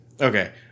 okay